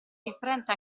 differente